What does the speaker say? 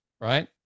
right